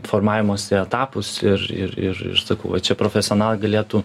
formavimosi etapus ir ir ir ir sakau va čia profesionalai galėtų